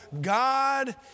God